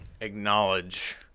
acknowledge